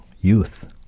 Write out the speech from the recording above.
youth